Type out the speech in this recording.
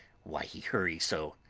why he hurry so?